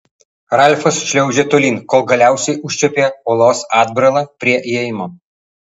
ralfas šliaužė tolyn kol galiausiai užčiuopė uolos atbrailą prie įėjimo